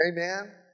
Amen